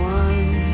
one